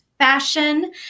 fashion